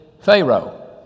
Pharaoh